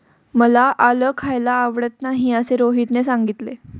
मला आलं खायला आवडत नाही असे रोहितने सांगितले